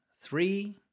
three